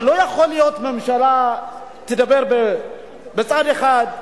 אבל לא יכול להיות שממשלה תדבר מצד אחד,